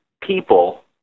people